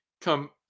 come